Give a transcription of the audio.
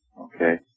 Okay